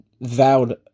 vowed